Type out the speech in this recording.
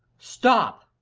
stop.